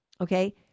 Okay